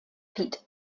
pitt